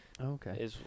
Okay